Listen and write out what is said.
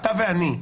אתה ואני,